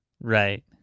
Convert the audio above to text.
Right